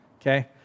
Okay